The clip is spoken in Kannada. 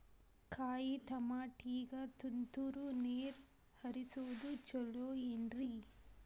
ಕಾಯಿತಮಾಟಿಗ ತುಂತುರ್ ನೇರ್ ಹರಿಸೋದು ಛಲೋ ಏನ್ರಿ?